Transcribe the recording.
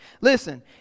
Listen